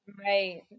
Right